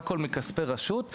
אבל הכול יוצא מכספי הרשות,